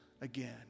again